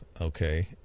okay